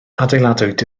adeiladwyd